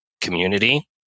community